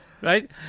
Right